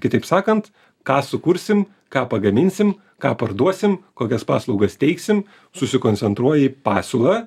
kitaip sakant ką sukursim ką pagaminsim ką parduosim kokias paslaugas teiksim susikoncentruoji į pasiūlą